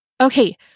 Okay